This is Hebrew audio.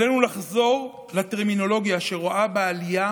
עלינו לחזור לטרמינולוגיה שרואה בעלייה